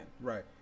Right